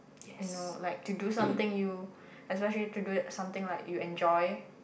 you know like to do something you especially to do it something like you enjoy